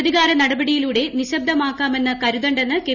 പ്രതികാരനടപടിയിലൂടെ നിശ്ശബ്ദമാക്കാമെന്ന് കരുതേണ്ടെന്ന് കെ